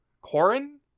Corin